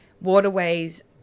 waterways